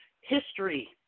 history